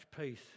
peace